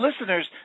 listeners